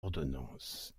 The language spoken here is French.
ordonnances